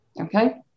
Okay